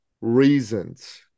reasons